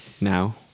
now